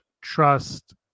trust